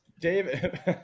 David